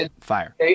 fire